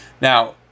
Now